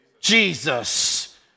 Jesus